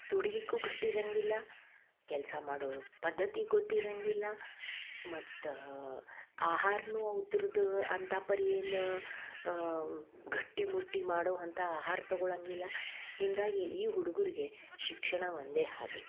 ದುಡಿಲಿಕ್ಕು ಗಟ್ಟಿ ಇರಂಗಿಲ್ಲ ಕೆಲಸ ಮಾಡೋ ಪದ್ಧತಿ ಗೊತ್ತಿರಂಗಿಲ್ಲ ಮತ್ತು ಆಹಾರವೂ ಉದುರುದು ಅಂತ ಪರಿ ಏನು ಗಟ್ಟಿಮುಟ್ಟು ಮಾಡೋವಂಥ ಆಹಾರ ತಗೊಳಂಗಿಲ್ಲ ಹೀಗಾಗಿ ಈ ಹುಡುಗರಿಗೆ ಶಿಕ್ಷಣ ಒಂದೇ ಹಾದಿ